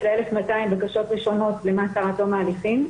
ל-1,200 בקשות ראשונות למעצר עד תום ההליכים.